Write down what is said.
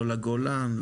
לא לגולן,